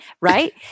Right